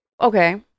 okay